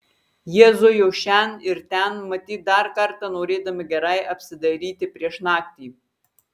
jie zujo šen ir ten matyt dar kartą norėdami gerai apsidairyti prieš naktį